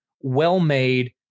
well-made